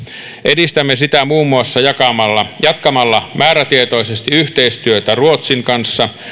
edistämme sitä muun muassa jatkamalla jatkamalla määrätietoisesti yhteistyötä ruotsin kanssa